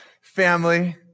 Family